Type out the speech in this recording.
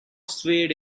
swayed